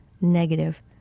negative